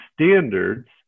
standards